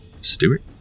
Stewart